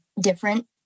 different